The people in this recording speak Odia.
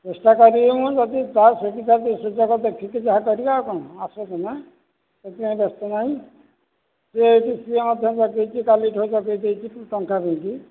ଚେଷ୍ଟା କରିବି ମୁଁ ଯଦି ତା ସୁବିଧା ସୁଯୋଗ ଦେଖିକି ଯାହା କରିବା ଆଉ କ'ଣ ଆସୁଛି ନା ସେଥିପାଇଁ ବ୍ୟସ୍ତ ନାହିଁ ସିଏ ଏଠି ସିଏ ମଧ୍ୟ ଲଗାଇଛି କାଲିଠୁ ଲଗାଇ ଦେଇଛି ଟଙ୍କା ପାଇଁ କି